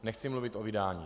Nechci mluvit o vydání.